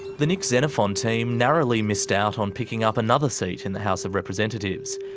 the nick xenophon team narrowly missed out on picking up another seat in the house of representatives.